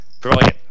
Brilliant